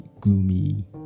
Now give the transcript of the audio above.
gloomy